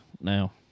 now